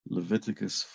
Leviticus